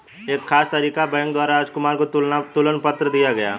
एक खास तारीख को बैंक द्वारा राजकुमार को तुलन पत्र दिया गया